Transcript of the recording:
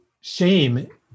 shame